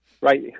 right